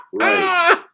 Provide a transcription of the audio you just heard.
Right